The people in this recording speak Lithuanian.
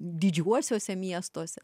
didžiuosiuose miestuose